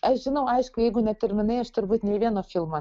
aš žinau aišku jeigu ne terminai aš turbūt nei vieno filmo